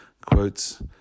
Quotes